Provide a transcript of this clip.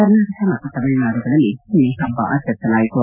ಕರ್ನಾಟಕ ಮತ್ತು ತಮಿಳುನಾಡುಗಳಲ್ಲಿ ನಿನ್ನೆ ಪಬ್ಲ ಆಚರಿಸಲಾಯಿತು